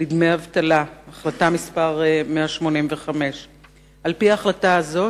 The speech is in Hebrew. לדמי אבטלה, החלטה מס' 185. על-פי ההחלטה הזאת,